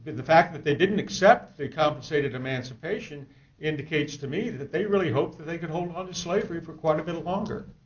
and the fact that they didn't accept the compensated emancipation indicates to me that they really hoped that they could hold on to slavery for quite a bit longer.